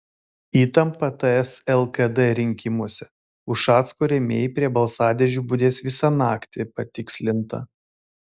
įtampa ts lkd rinkimuose ušacko rėmėjai prie balsadėžių budės visą naktį patikslinta